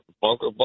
bunker